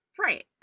Right